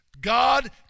God